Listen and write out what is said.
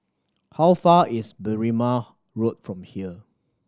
how far is Berrima Road from here